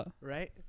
right